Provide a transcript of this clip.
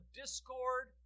discord